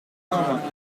engins